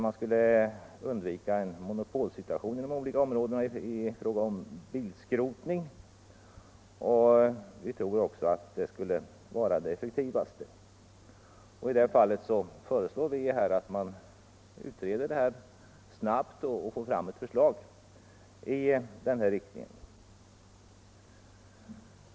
Man skulle undvika en monopolsituation i fråga om bilskrotning. Vi tror också att det skulle vara det effektivaste. Vi föreslår alltså att frågan utreds snabbt och att ett förslag framläggs i den riktningen.